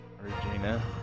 Regina